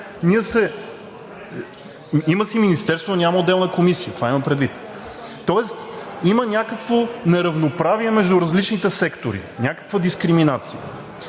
Има си министерство, но няма отделна комисия – това имам предвид, тоест има някакво неравноправие между различните сектори, някаква дискриминация.